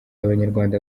abanyarwanda